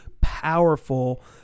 powerful